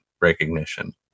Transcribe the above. recognition